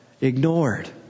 ignored